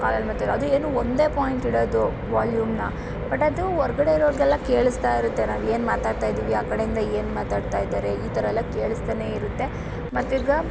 ಕಾಲಲ್ಲಿ ಮಾತಾಡ್ ಅದೂ ಏನು ಒಂದೇ ಪಾಯಿಂಟ್ ಇಡೋದು ವಾಲ್ಯುಮನ್ನ ಬಟ್ ಅದು ಹೊರಗಡೆ ಇರೋರ್ಗೆಲ್ಲ ಕೇಳಿಸ್ತಾ ಇರುತ್ತೆ ನಾವು ಏನು ಮಾತಾಡ್ತಾ ಇದ್ದೀವಿ ಆ ಕಡೆಯಿಂದ ಏನು ಮಾತಾಡ್ತಾ ಇದ್ದಾರೆ ಈ ಥರಯೆಲ್ಲ ಕೇಳಿಸ್ತಾನೇ ಇರುತ್ತೆ ಮತ್ತೀಗ